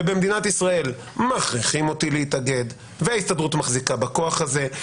ובמדינת ישראל מכריחים אותי להתאגד וההסתדרות מחזיקה בכוח הזה.